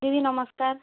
ଦିଦି ନମସ୍କାର୍